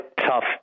tough